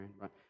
Right